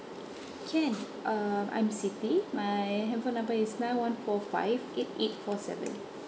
can um I'm siti my handphone number is nine one four five eight eight four seven